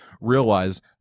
realize